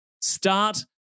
Start